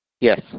Yes